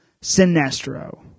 Sinestro